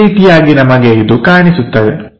ಈ ರೀತಿಯಾಗಿ ನಮಗೆ ಇದು ಕಾಣಿಸುತ್ತದೆ